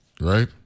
right